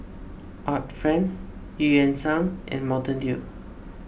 Art Friend Eu Yan Sang and Mountain Dew